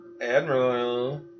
Admiral